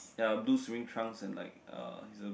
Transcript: ya blue swimming trunks and like a